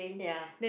ya